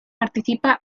participa